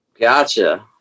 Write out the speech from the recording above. Gotcha